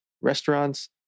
restaurants